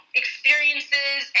experiences